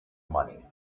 money